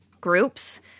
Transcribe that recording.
groups